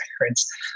parents